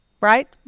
right